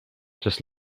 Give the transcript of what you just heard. just